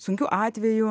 sunkių atvejų